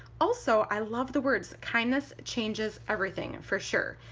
also i love the words kindness changes everything for sure.